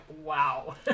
wow